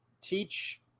teach